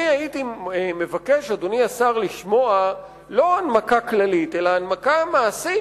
אני הייתי מבקש לשמוע לא הנמקה כללית אלא הנמקה מעשית,